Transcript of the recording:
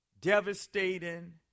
devastating